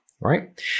Right